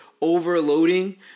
overloading